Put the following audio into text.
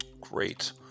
Great